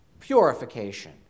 purification